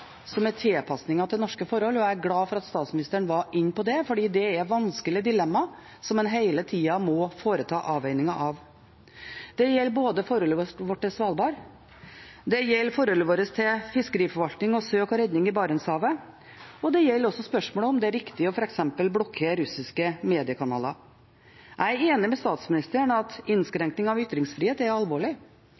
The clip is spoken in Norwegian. som er tilpasninger til norske forhold. Jeg er glad for at statsministeren var inne på det, for det er vanskelige dilemma som en hele tida må foreta avveininger av. Det gjelder forholdet vårt til Svalbard, det gjelder forholdet vårt til fiskeriforvaltning og søk og redning i Barentshavet, og det gjelder også spørsmålet om det er riktig f.eks. å blokkere russiske mediekanaler. Jeg er enig med statsministeren i at innskrenkning av ytringsfrihet er alvorlig,